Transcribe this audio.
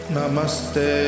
Namaste